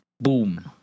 boom